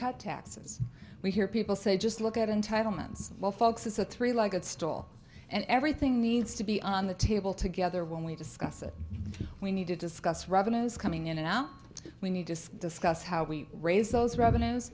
cut taxes we hear people say just look at entitlements well folks it's a three legged stool and everything needs to be on the table together when we discuss it we need to discuss ravenous coming in and out we need to discuss how we raise those revenues